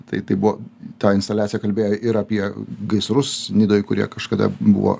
tai tai buvo ta instaliacija kalbėjo ir apie gaisrus nidoj kurie kažkada buvo